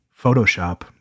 Photoshop